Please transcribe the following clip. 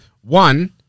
One